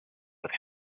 with